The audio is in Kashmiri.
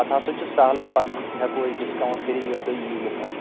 پَتہٕ ہسا چھُ سہلٕے پَتہٕ ہٮ۪کو أسۍ ڈِسکاوُنٛٹ کٔرِتھ ییٚلہِ تۄہہِ ییٖیِو یوٚتھَس